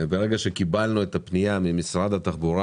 כאשר קיבלנו בשבוע שעבר את הפנייה ממשרד התחבורה